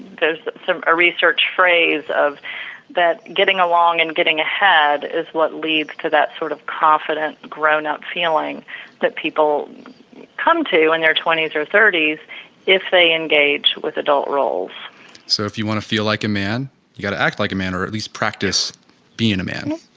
there's some research phrase of that getting along and getting ahead is what leads to that sort of confident grown up feeling that people come to when they are twenty s or thirty s if they engage with adult roles so, if you want to feel like a man, you've got to act like a man or at least practice being a man?